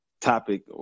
topic